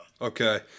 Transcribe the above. Okay